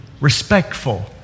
respectful